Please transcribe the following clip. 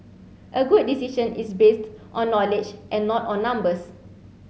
a good decision is based on knowledge and not on numbers